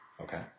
Okay